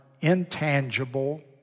intangible